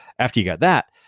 after you got that,